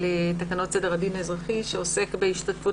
לתקנות סדר הדין האזרחי שעוסק בהשתתפות